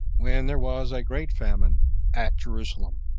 when there was a great famine at jerusalem.